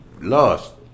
lost